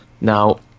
Now